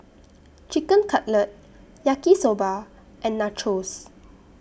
Chicken Cutlet Yaki Soba and Nachos